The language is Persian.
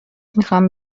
میخوام